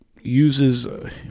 uses